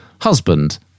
Husband